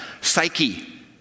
psyche